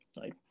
right